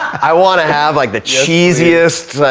i want to have like the cheesiest